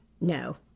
no